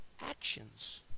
actions